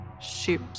shoot